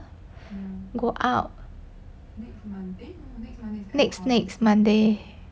go out next next monday